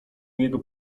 niego